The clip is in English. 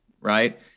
Right